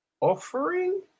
offering